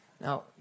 Now